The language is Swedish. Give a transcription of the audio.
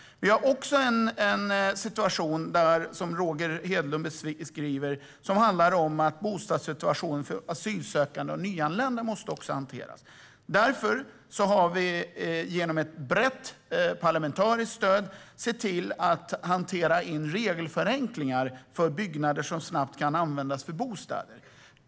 Vi har en situation, som Roger Hedlund beskriver, som innebär att bostadssituationen för asylsökande och andra nyanlända måste hanteras. Därför har vi med brett parlamentariskt stöd infört regelförenklingar för byggnader som snabbt ska kunna omvandlas till bostäder.